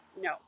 No